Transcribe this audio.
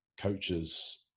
coaches